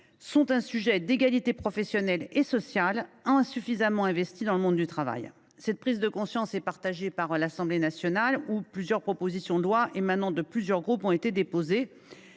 un sujet d’égalité professionnelle et sociale qui est insuffisamment pris en compte dans le monde du travail. Cette prise de conscience a eu lieu aussi à l’Assemblée nationale, où plusieurs propositions de loi, émanant de plusieurs groupes, ont été déposées.